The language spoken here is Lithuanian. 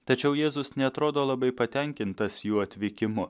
tačiau jėzus neatrodo labai patenkintas jų atvykimu